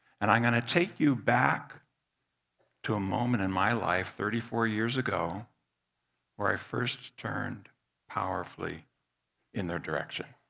and i'm going to take you back to a moment in my life thirty four years ago where i first turned powerfully in their direction.